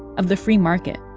of the free market,